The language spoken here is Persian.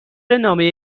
نامه